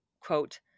quote